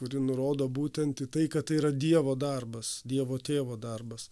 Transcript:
kuri nurodo būtent į tai kad tai yra dievo darbas dievo tėvo darbas